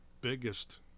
biggest